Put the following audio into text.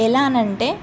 ఎలానంటే